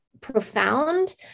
profound